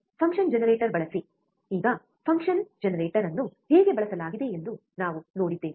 function generator ಬಳಸಿ ಈಗ function generator ಅನ್ನು ಹೇಗೆ ಬಳಸಲಾಗಿದೆ ಎಂದು ನಾವು ನೋಡಿದ್ದೇವೆ